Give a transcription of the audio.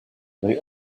they